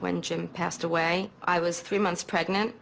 when jim passed away i was three months pregnant